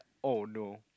oh no